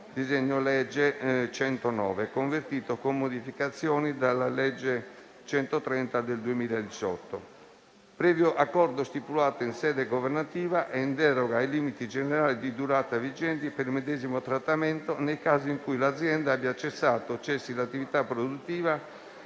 del 2018, convertito con modificazioni dalla legge n. 130 del 2018, previo accordo stipulato in sede governativa e in deroga ai limiti generali di durata vigenti per il medesimo trattamento, nei casi in cui l'azienda abbia cessato o cessi l'attività produttiva